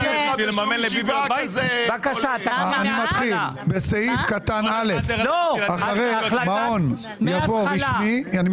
גפני, אתה טועה בזה, אף אחד לא שונא אף